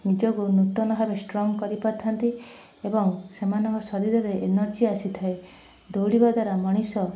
ନିଜକୁ ନୂତନ ଭାବେ ଷ୍ଟ୍ରଙ୍ଗ୍ କରିପାରିଥାନ୍ତି ଏବଂ ସେମାନଙ୍କ ଶରୀରରେ ଏନର୍ଜି ଆସିଥାଏ ଦୌଡ଼ିବା ଦ୍ଵାରା ମଣିଷ